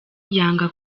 yanga